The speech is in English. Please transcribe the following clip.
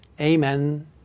Amen